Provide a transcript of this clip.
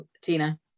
Tina